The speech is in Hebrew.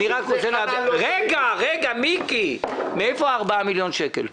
אני רק רוצה להבין מאיפה 4 מיליון השקלים מגיעים.